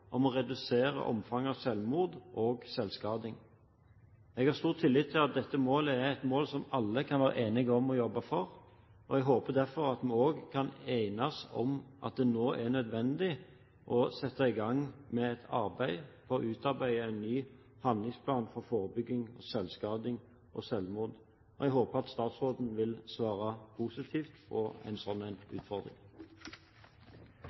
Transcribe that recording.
om å redusere omfanget av selvmord og selvskading. Jeg har stor tillit til at dette er et mål som alle kan være enige om å jobbe for. Jeg håper derfor at vi også kan enes om at det nå er nødvendig å sette i gang et arbeid for å utarbeide en ny handlingsplan for forebygging av selvskading og selvmord. Jeg håper at statsråden vil svare positivt på en slik utfordring. Å bidra til å forebygge selvskading, selvmordsforsøk og selvmord er en